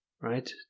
right